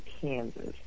Kansas